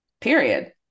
Period